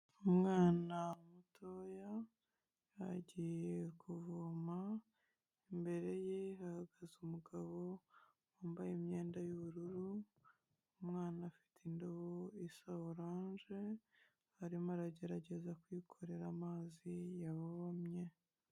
Umwana mutoya agiye kuvoma imbere ye hahagaze umugabo wambaye imyenda y'ubururu umwana afite indobo isa oranje, arimo aragerageza kwikorera amazi yavomye.